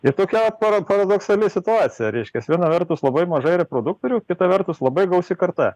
ir tokia vat para paradoksali situacija reiškias viena vertus labai mažai reproduktorių kita vertus labai gausi karta